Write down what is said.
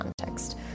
context